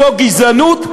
זאת גזענות,